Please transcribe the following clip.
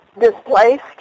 displaced